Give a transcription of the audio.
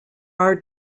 are